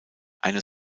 eine